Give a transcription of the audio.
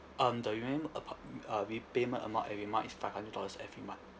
um the event apart uh we payment amount every month if five hundred dollars every month